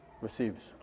receives